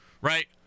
right